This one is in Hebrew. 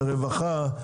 לרווחה,